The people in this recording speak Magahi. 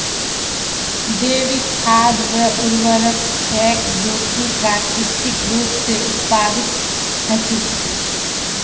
जैविक खाद वे उर्वरक छेक जो कि प्राकृतिक रूप स उत्पादित हछेक